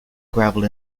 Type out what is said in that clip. gravel